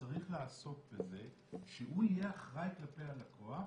צריך לעסוק בזה שהוא יהיה אחראי כלפי הלקוח,